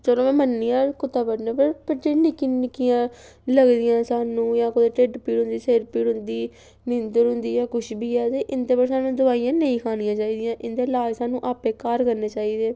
चलो में मन्ननी आं कुत्ता बड्ढने उप्पर पर जेह्ड़ियां निक्की निक्कियां लगदियां सानूं जां कुतै ढिड्ड पीड़ होंदी सिर पीड़ होंदी नींदर होंदी जां कुछ बी ऐ ते इं'दे पर सानूं दोआइयां नेईं खानियां चाहि दियां इं'दे लाज सानूं आपै असें घर करने चाहिदे